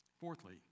Fourthly